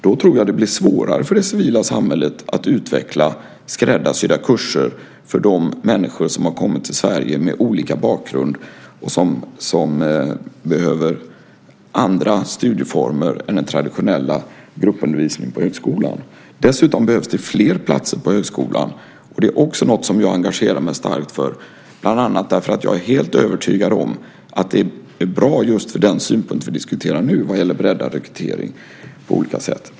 Då blir det svårare för det civila samhället att utveckla skräddarsydda kurser för de människor som har kommit till Sverige med olika bakgrund och som behöver andra studieformer än den traditionella gruppundervisningen på högskolan. Dessutom behövs det fler platser på högskolan. Det är också något som jag engagerar mig starkt för, bland annat därför att jag är helt övertygad om att det är bra just för den synpunkt vi diskuterar nu vad gäller breddad rekrytering.